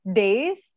days